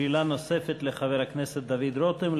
שאלה נוספת לחבר הכנסת דוד רותם,